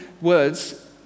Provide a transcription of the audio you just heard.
words